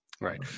Right